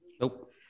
Nope